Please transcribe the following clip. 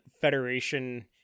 Federation